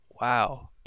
wow